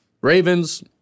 Ravens